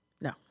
No